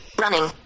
running